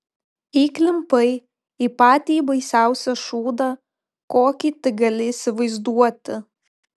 įklimpai į patį baisiausią šūdą kokį tik gali įsivaizduoti